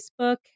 facebook